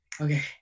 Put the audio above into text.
okay